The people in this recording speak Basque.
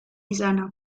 izana